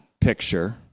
picture